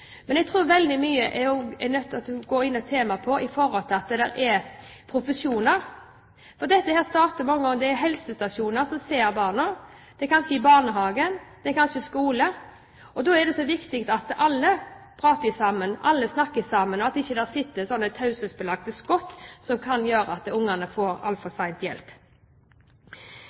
Men jeg tror man veldig ofte er nødt til å gå inn i temaet med tanke på at det er profesjoner. Dette starter mange ganger med at det er helsestasjoner som ser barna, det er kanskje i barnehagen, det er kanskje i skolen, og da er det viktig at alle snakker sammen, og at man ikke sitter med taushetsbelagte skott som kan gjøre at barna får hjelp altfor